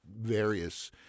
various